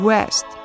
West